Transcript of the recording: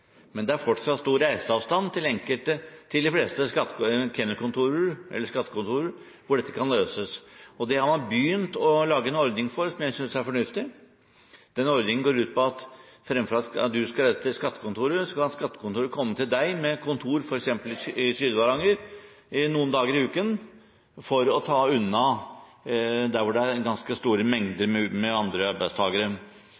men det er fortsatt stor reiseavstand til de fleste skattekontor hvor dette kan løses. Det har man begynt å lage en ordning for som jeg synes er fornuftig. Ordningen går ut på at fremfor at du skal reise til skattekontoret, kan skattekontoret komme til deg, f.eks. til Sør-Varanger, noen dager i uken for å ta unna der hvor det er ganske store